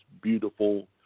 beautiful